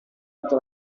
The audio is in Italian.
tutta